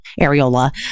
areola